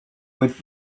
with